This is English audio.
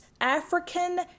African